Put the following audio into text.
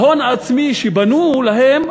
ההון העצמי שבנו להם,